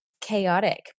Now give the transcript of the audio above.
chaotic